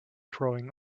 drawing